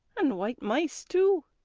and white mice too!